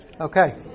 Okay